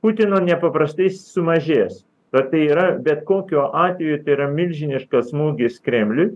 putino nepaprastai sumažės bet tai yra bet kokiu atveju tai yra milžiniškas smūgis kremliui